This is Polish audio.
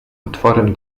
otworem